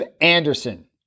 Anderson